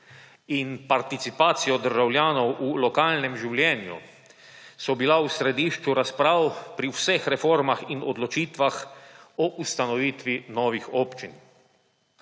in participacijo državljanov v lokalnem življenju so bila v središču razprav pri vseh reformah in odločitvah o ustanovitvi novih občin.